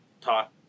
talk